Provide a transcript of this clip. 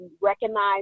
recognize